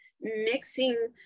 mixing